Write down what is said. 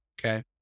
Okay